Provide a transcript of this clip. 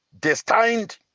Destined